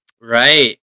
Right